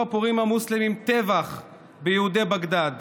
הפורעים המוסלמים טבח ביהודי בגדאד